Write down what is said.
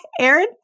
Aaron